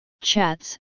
Chats